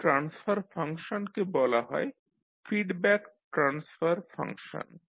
এই ট্রান্সফার ফাংশনকে বলা হয় ফিডব্যাক ট্রান্সফার ফাংশন